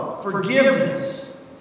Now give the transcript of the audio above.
forgiveness